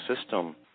system